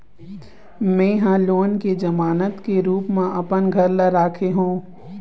में ह लोन के जमानत के रूप म अपन घर ला राखे हों